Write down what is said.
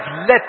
let